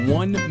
one